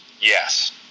Yes